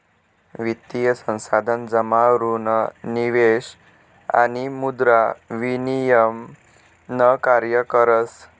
वित्तीय संस्थान जमा ऋण निवेश आणि मुद्रा विनिमय न कार्य करस